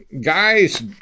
Guy's